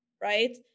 right